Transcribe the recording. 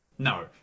No